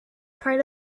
part